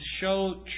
show